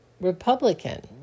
Republican